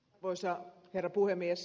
arvoisa herra puhemies